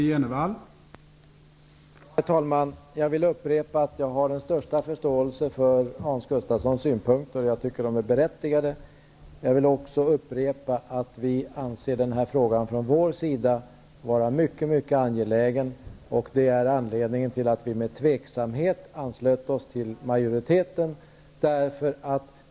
Herr talman! Jag vill upprepa att jag har den största förståelse för Hans Gustafssons synpunkter. Jag tycker att de är berättigade. Jag vill också upprepa att vi från vår sida anser denna fråga vara mycket angelägen. Det är anledningen till att vi med tvekan anslöt oss till majoriteten.